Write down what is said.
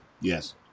Yes